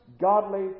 godly